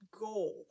goal